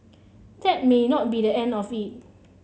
that may not be the end of it